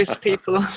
people